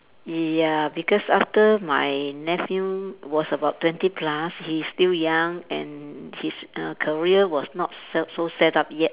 ya because after my nephew was about twenty plus he's still young and his uh career was not so so set up yet